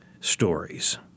stories